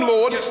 Lord